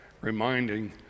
reminding